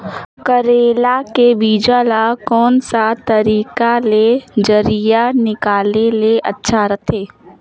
करेला के बीजा ला कोन सा तरीका ले जरिया निकाले ले अच्छा रथे?